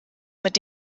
mit